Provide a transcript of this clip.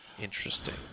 Interesting